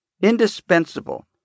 indispensable